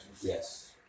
yes